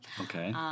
Okay